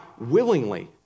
willingly